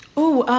ooh,